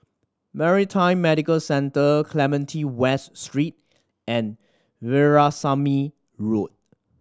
Maritime Medical Centre Clementi West Street and Veerasamy Road